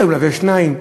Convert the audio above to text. אולי מלווה שניים,